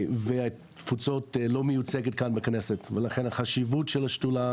והתפוצות לא מיוצגות כאן בכנסת ולכן החשיבות של השדולה